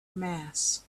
mass